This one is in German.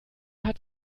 hat